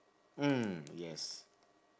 mm yes